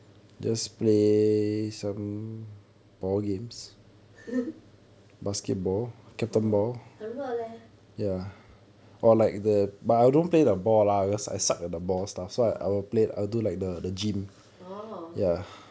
oh 很热 leh orh orh